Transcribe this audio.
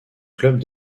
club